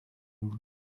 douze